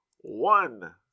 one